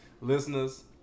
Listeners